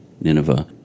Nineveh